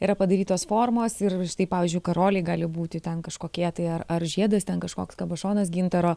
yra padarytos formos ir štai pavyzdžiui karoliai gali būti ten kažkokie tai ar ar žiedas ten kažkoks kabašonas gintaro